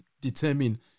determine